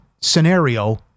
scenario